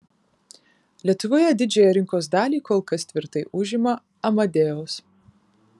lietuvoje didžiąją rinkos dalį kol kas tvirtai užima amadeus